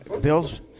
Bill's